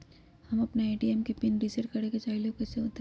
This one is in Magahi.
हम अपना ए.टी.एम के पिन रिसेट करे के चाहईले उ कईसे होतई?